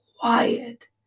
quiet